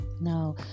Now